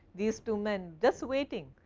these two men just waiting,